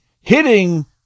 hitting